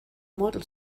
model